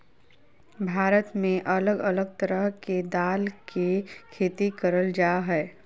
भारत में अलग अलग तरह के दाल के खेती करल जा हय